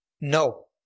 no